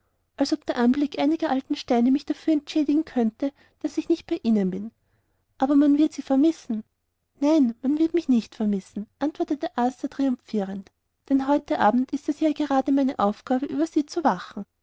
als ob der anblick einiger alten steine mich dafür entschädigen könnte daß ich nicht bei ihnen bin aber man wird sie vermissen nein man wird mich nicht vermissen antwortete arthur triumphierend denn heute abend ist es ja gerade meine aufgabe über sie zu wachen